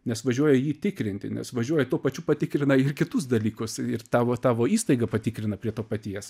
nes važiuoja jį tikrinti nes važiuoja tuo pačiu patikrina ir kitus dalykus ir tavo tavo įstaigą patikrina prie to paties